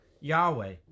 Yahweh